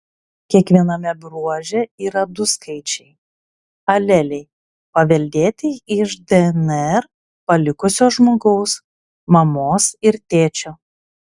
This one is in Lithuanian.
kiekviename bruože yra du skaičiai aleliai paveldėti iš dnr palikusio žmogaus mamos ir tėčio